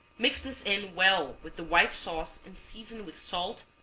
mix this in well with the white sauce and season with salt,